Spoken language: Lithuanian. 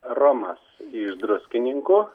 romas iš druskininkų